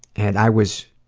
and i was